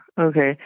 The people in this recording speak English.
Okay